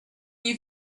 you